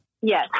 Yes